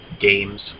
games